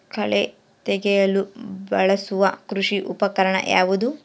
ಕಳೆ ತೆಗೆಯಲು ಬಳಸುವ ಕೃಷಿ ಉಪಕರಣ ಯಾವುದು?